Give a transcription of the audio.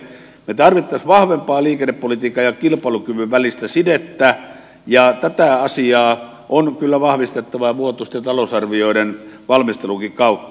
me tarvitsisimme vahvempaa liikennepolitiikan ja kilpailukyvyn välistä sidettä ja tätä asiaa on kyllä vahvistettava jo vuotuisten talousarvioiden valmistelunkin kautta